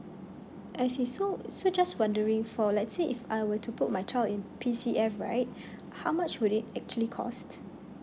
I see so so just wondering for let's say if I were to put my child in P C F right how much would it actually cost